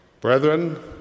Brethren